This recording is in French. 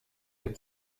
des